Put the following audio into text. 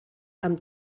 amb